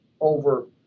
over